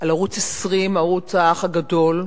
על ערוץ-20, ערוץ "האח הגדול".